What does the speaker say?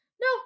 No